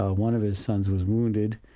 ah one of his sons was wounded,